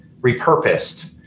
repurposed